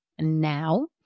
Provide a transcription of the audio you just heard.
now